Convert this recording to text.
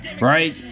right